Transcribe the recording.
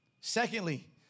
Secondly